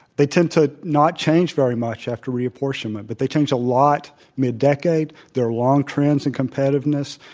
they tend to not change very much after reapportionment, but they changed a lot mid-decade. there are long trends in competitiveness.